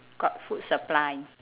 got food supply